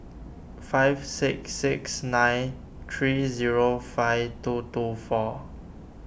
five six six nine three zero five two two four